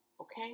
Okay